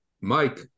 Mike